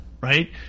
right